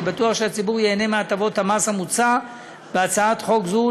אני בטוח שהציבור ייהנה מהטבות המס המוצעות בהצעת חוק זו.